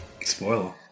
Spoiler